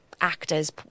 actors